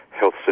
health